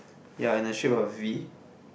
ya in a shape of a V